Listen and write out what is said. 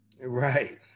Right